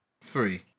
Three